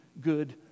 good